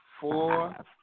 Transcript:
Four